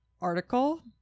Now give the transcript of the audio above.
article